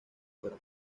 fuera